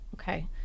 Okay